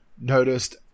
noticed